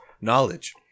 Knowledge